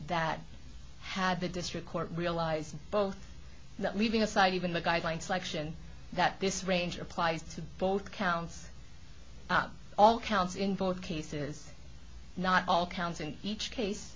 that had the district court realized both that leaving aside even the guidelines lection that this range applies to both counts all counts in both cases not all counts in each case